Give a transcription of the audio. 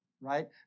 right